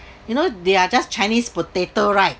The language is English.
you know they are just chinese potato right